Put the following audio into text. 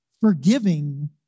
forgiving